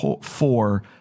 four